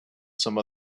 some